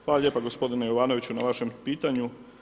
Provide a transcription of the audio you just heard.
Hvala lijepa gospodine Jovanoviću na vašem pitanju.